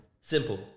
Simple